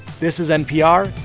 this is npr.